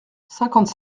cinquante